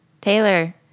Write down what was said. Taylor